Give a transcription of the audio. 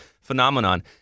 phenomenon